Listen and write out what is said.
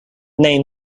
name